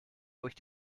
durch